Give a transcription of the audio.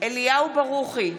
אליהו ברוכי,